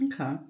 Okay